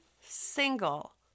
single